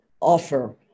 offer